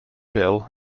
bill